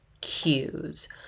cues